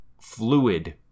fluid